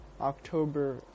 October